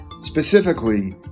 Specifically